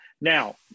Now